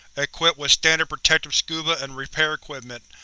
equipped with standard protective scuba and repair equipment,